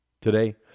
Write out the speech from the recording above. Today